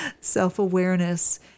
Self-awareness